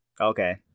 Okay